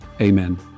Amen